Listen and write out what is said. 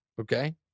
okay